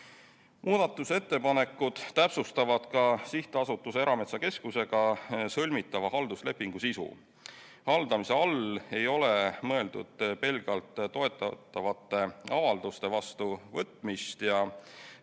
Muudatusettepanekud täpsustavad ka SA-ga Erametsakeskus sõlmitava halduslepingu sisu. Haldamise all ei ole mõeldud pelgalt toetatavate avalduste vastuvõtmist ja toetuse